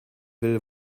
will